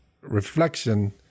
reflection